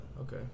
okay